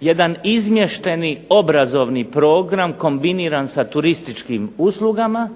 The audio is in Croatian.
jedan izmješteni obrazovni program kombiniran sa turističkim uslugama